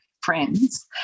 friends